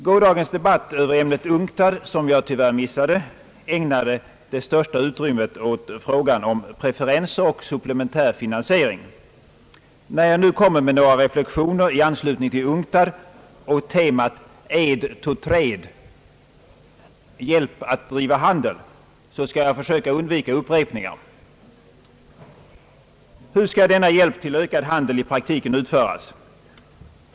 Gårdagens debatt över ämnet UNC TAD, som jag tyvärr missade, ägnade det största utrymmet åt frågan om preferenser och supplementär finansiering. När jag nu kommer med några reflexioner i anslutning till UNCTAD och temat »aid to trade» — hjälp att driva handel — så skall jag försöka undvika upprepningar. del i praktiken utföras?